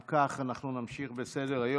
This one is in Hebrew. אם כך, אנחנו נמשיך בסדר-היום,